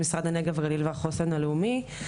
במשרד הנגב והגליל והחוסן הלאומי.